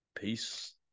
Peace